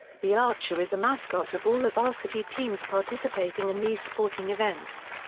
the archer is the mascot of all the varsity teams participating in these sporting events.